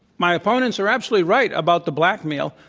my opponents are absolutely right about the blackmail.